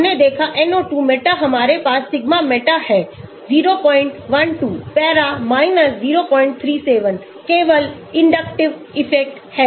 हमने देखा NO2 meta हमारे पास सिग्मा मेटा है 012 पैरा 037 केवल इंडक्टिव इफेक्ट है